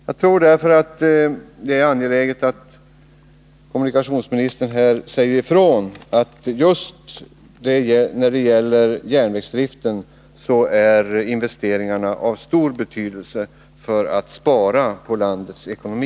Jag tror därför att det är angeläget att kommunikationsministern här säger ifrån, att just när det gäller järnvägsdriften är investeringarna av stor betydelse för besparingar i landets ekonomi.